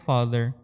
Father